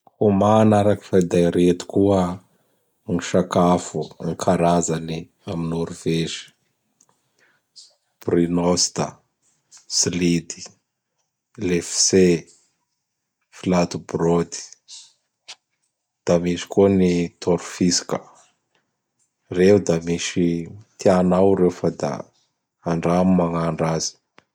Homana arak fa da reto koa gn ny sakafo, ny karazany am Norvezy: Brunosta, Slity, Lefse, Flatbrot; da misy koa ny Torfiska. Ireo da misy tianareo fa da andramo magnandra azy.